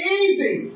easy